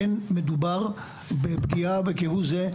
אין מדובר בפגיעה כהוא זה,